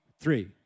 three